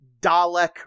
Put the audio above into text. Dalek